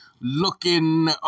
looking